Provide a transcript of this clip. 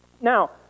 Now